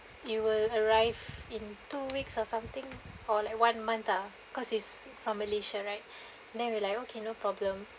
it will arrive in two weeks or something or like one month ah cause it's from malaysia right and the we like okay no problem